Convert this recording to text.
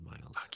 miles